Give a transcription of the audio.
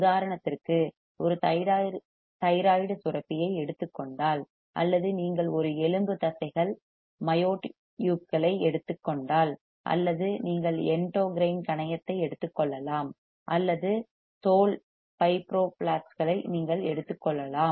உதாரணத்திற்கு ஒரு தைராய்டு சுரப்பியை எடுத்துக் கொண்டால் அல்லது நீங்கள் ஒரு எலும்பு தசைகள் மயோட்யூப்களை எடுத்துக் கொண்டால் அல்லது நீங்கள் எண்டோகிரைன் கணையத்தை எடுத்துக் கொள்ளலாம் அல்லது தோல் ஃபைப்ரோபிளாஸ்ட்களை நீங்கள் எடுத்துக் கொள்ளலாம்